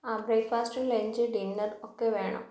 ആ ബ്രേക്ക്ഫാസ്റ്റും lunch dinner ഒക്കെ വേണം